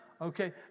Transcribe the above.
okay